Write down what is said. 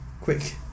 quick